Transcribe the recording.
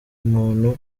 muntu